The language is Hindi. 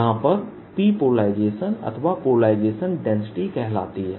यहां पर P पोलराइजेशन अथवा पोलराइजेशन डेंसिटी कहलाती है